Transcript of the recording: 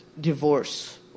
divorce